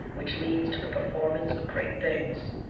which leads to the performance of great things.